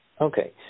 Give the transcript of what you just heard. Okay